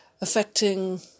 affecting